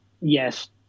yes